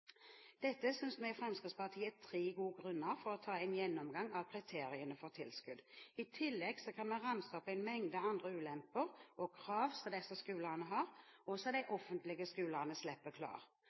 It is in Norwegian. Dette synes vi i Fremskrittspartiet er tre gode grunner for å ta en gjennomgang av kriteriene for tilskudd. I tillegg kan vi ramse opp en mengde andre ulemper og krav som disse skolene har, og som de offentlige skolene slipper klar.